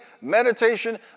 meditation